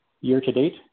Year-to-date